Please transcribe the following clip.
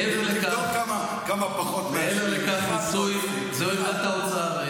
מעבר לכך, צריך לבדוק כמה פחות, זו עמדת האוצר,